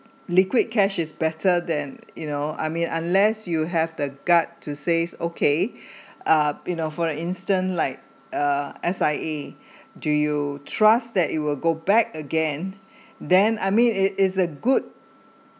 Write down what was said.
liquid cash is better than you know I mean unless you have the gut to says okay uh you know for instance like uh S_I_A do you trust that it will go back again then I mean it is is a good